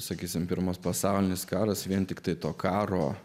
sakysime pirmas pasaulinis karas vien tiktai to karo